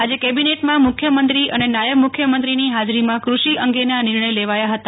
આજે કેબિનેટમાં મુખ્યમંત્રી ને નાયબ મુખ્યમંત્રીની હાજરીમાં કૃષિ અંગેના નિર્ણય લેવાયા હતા